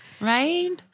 right